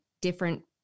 different